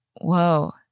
whoa